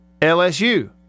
LSU